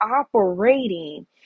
operating